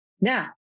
Now